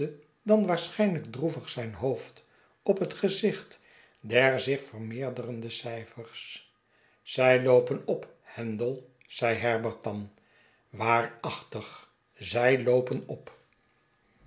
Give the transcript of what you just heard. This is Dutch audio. dan waarschijnujk droevig zijn hoofd op het gezicht der zich vermeerderende cijfers zij loopen op handel zeide herbert dan waarachtig zij loopen op